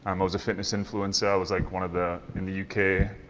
um i was a fitness influencer, i was like one of the, in the u k,